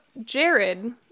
Jared